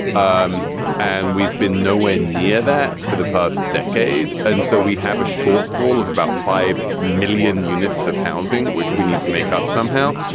um and we've been nowhere near that for the past decade. and so we have a shortfall of about five million units of housing, which we need to make up somehow.